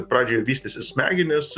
pradžioj vystėsi smegenys